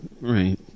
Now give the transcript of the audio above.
right